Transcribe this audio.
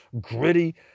gritty